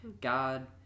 God